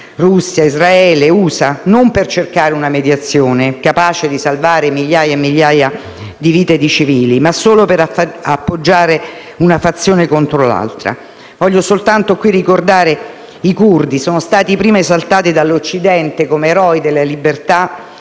Russia, Israele, USA) non per cercare una mediazione capace di salvare migliaia e migliaia di vite di civili, ma solo per appoggiare una fazione contro l’altra. Voglio soltanto qui ricordare i curdi, che sono stati prima esaltati dall’Occidente come eroi della libertà